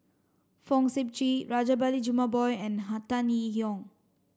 Fong Sip Chee Rajabali Jumabhoy and Tan Yee Hong